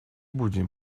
будем